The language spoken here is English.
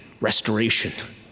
restoration